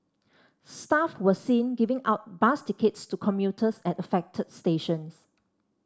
staff were seen giving out bus tickets to commuters at affected stations